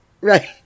Right